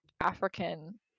African